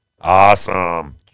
Awesome